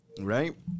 Right